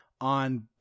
on